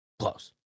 close